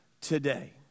today